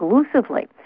exclusively